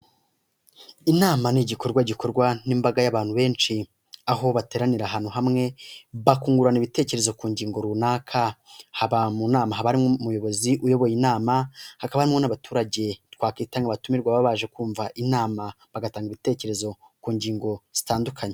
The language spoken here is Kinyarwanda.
Inama ni igikorwa gikorwa n'imbaga y'abantu benshi aho bateranira ahantu hamwe bakungurana ibitekerezo ku ngingo runaka. Mu nama habamo umuyobozi uyoboye inama, hakaba harimo n'abaturage twakwita abatumirwa baje kumva inama bagatanga ibitekerezo ku ngingo zitandukanye.